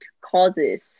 causes